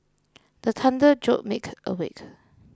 the thunder jolt make awake